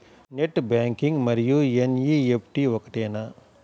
Net banking మరియు NEFT ఒకటేనా?